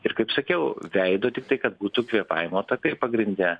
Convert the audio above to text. ir kaip sakiau veido tiktai kad būtų kvėpavimo takai pagrinde